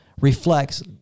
reflects